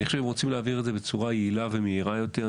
אם רוצים להעביר את זה בצורה יעילה ומהירה יותר,